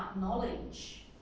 knowledge